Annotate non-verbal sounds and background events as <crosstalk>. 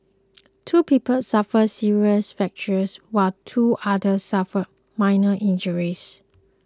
<noise> two people suffered serious fractures while two others suffered minor injuries